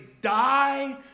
die